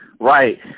Right